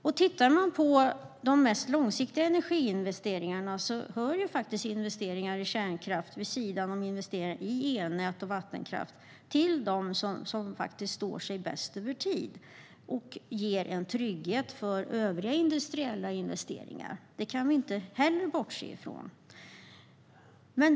När det gäller de mest långsiktiga energiinvesteringarna hör ju investeringar i kärnkraft vid sidan av investeringar i elnät och vattenkraft till dem som står sig bäst över tid och ger en trygghet för övriga industriella investeringar. Det kan vi inte heller bortse ifrån.